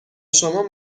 شما